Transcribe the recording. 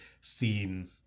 seen